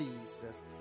Jesus